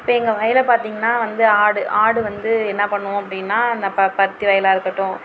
இப்போ எங்கள் வயலை பார்த்திங்கனா வந்து ஆடு ஆடு வந்து என்ன பண்ணும் அப்படினா இந்த பருத்தி வயலாக இருக்கட்டும்